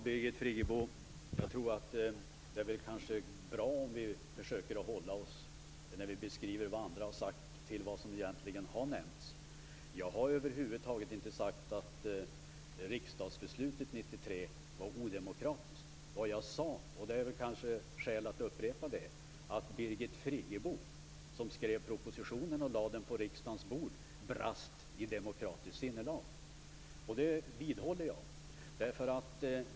Herr talman! Jag tror att det är bra, Birgit Friggebo, om vi försöker att hålla oss till vad som egentligen har nämnts när vi försöker beskriva vad andra har sagt. Jag har över huvud taget inte sagt att riksdagsbeslutet från 1993 var odemokratiskt. Det är väl skäl att upprepa vad jag sade. Jag sade att Birgit Friggebo, som skrev propositionen och lade den på riksdagens bord, brast i demokratiskt sinnelag. Jag vidhåller det.